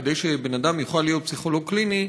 כדי שבן-אדם יוכל להיות פסיכולוג קליני,